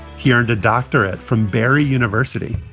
he earned a doctorate from berry university